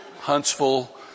Huntsville